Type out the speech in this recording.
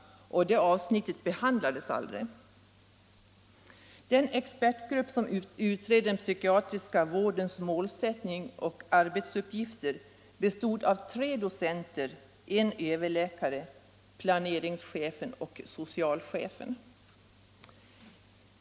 Det avsnittet behandlades aldrig. Den expertgrupp som utredde den psykiatriska vårdens målsättning och arbetsuppgifter bestod bl.a. av tre docenter och en överläkare samt en planeringschef och en socialchef.